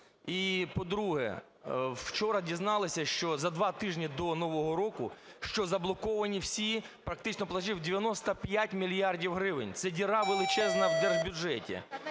І, по-друге, вчора дізналися, що за 2 тижні до Нового року, що заблоковані всі практично платежі в 95 мільярдів гривень. Це діра величезна в держбюджеті.